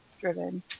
driven